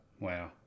Wow